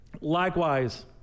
Likewise